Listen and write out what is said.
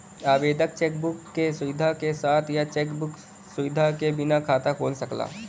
आवेदक cheque book क सुविधा के साथ या चेक बुक सुविधा के बिना खाता खोल सकला